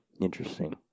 Interesting